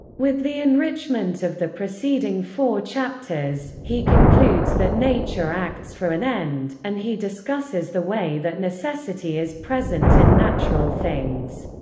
with the enrichment of the preceding four chapters, he concludes that nature acts for an end, and he discusses the way that necessity is present in natural things.